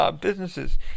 businesses